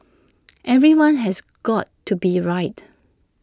everyone has got to be right